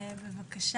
חבר הכנסת סובה בבקשה.